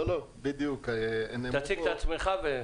תציג את עצמך.